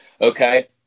okay